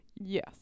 Yes